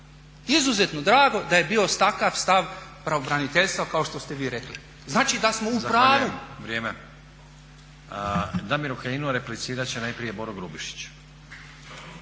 izuzetno drago da je bio takav stav pravobraniteljstva kao što ste vi rekli. Znači da smo u pravu.